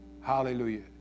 Hallelujah